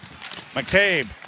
McCabe